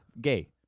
Gay